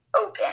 open